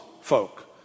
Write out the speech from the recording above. folk